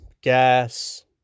gas